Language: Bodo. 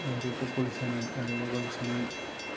ओरैबो गल सोनाय ओरैबो गल सोनाय